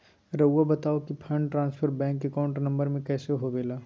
रहुआ बताहो कि fund transfer bank account number में कैसे होबेला?